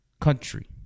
country